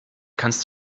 kannst